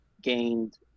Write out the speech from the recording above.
gained